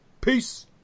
Peace